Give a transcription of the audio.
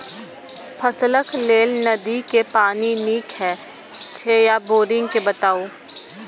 फसलक लेल नदी के पानी नीक हे छै या बोरिंग के बताऊ?